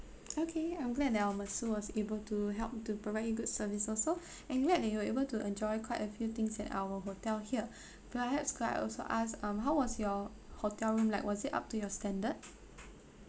okay I'm glad that our masseur was able to help to provide you good services so and glad that you're able to enjoy quite a few things at our hotel here perhaps could I also ask um how was your hotel room like was it up to your standard